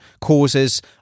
causes